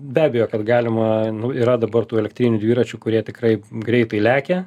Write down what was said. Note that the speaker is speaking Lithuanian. be abejo kad galima yra dabar tų elektrinių dviračių kurie tikrai greitai lekia